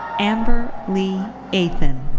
amber leigh athon.